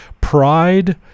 pride